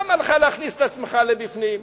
למה לך להכניס את עצמך בפנים?